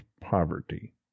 poverty